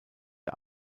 der